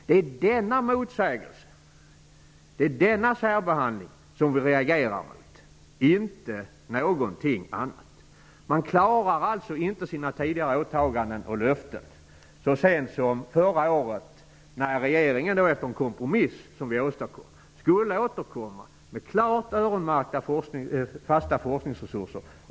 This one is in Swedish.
Det är denna motsägelse, denna särbehandling, som vi reagerar mot, inte någonting annat. Regeringen klarar alltså inte sina tidigare åtaganden och löften. Så sent som förra året skulle regeringen, efter en kompromiss som vi åstadkommit, återkomma med klart öronmärkta fasta forskningsresurser.